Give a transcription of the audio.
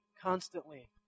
constantly